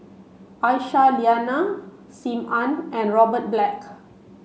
Aisyah Lyana Sim Ann and Robert Black